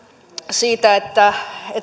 siitä